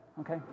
okay